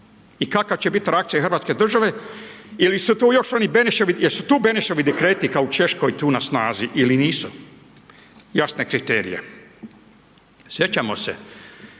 i kakva će biti reakcija hrvatske države? Ili su to još oni Beneševi dekreti, jesu tu Beneševi dekreti, kao u Češkoj tu na snazi ili nisu? Jasne kriterije, sjećamo se,